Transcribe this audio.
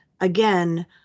again